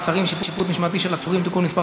מעצרים) (שיפוט משמעתי של עצורים) (תיקון מס'